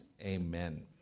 Amen